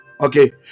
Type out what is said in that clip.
okay